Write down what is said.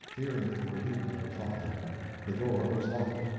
fearing the rebuke of her father the door was locked,